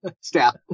staff